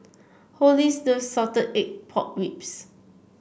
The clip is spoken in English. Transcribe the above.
Hollis loves Salted Egg Pork Ribs